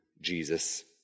Jesus